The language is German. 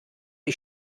ich